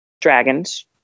dragons